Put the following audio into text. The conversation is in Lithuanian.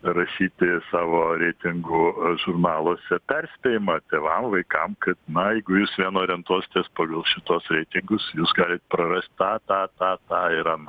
rašyti savo reitingų žurnaluose perspėjimą tėvam vaikam kad na jegu jūs vien orientuositės pagal šituos reitingus jūs galit prarast tą tą tą ir aną